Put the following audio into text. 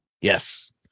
Yes